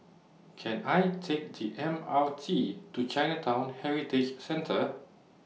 Can I Take The M R T to Chinatown Heritage Centre